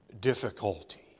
difficulty